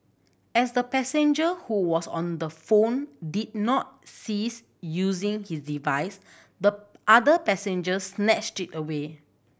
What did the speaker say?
as the passenger who was on the phone did not cease using his device the other passenger snatched it away